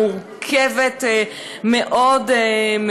מורכבת מאוד מאוד.